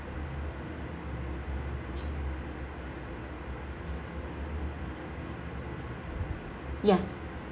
yeah